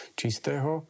čistého